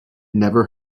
never